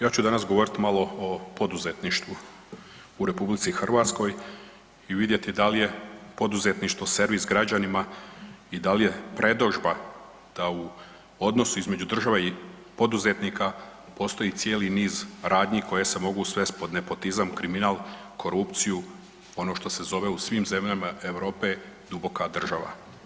Ja ću danas govoriti malo o poduzetništvu u RH i vidjeti da li je poduzetništvo servis građanima i da li je predodžba da u odnosu između države i poduzetnika postoji cijeli niz radnji koje se mogu svesti pod nepotizam kriminal, korupciju ono što se zove u svim zemljama Europe duboka država.